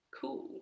cool